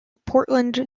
portland